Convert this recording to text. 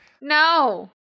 No